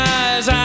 eyes